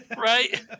Right